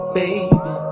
baby